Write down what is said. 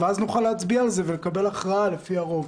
ואז נוכל להצביע על זה ולקבל הכרעה לפי הרוב.